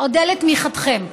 אודה לתמיכתכם.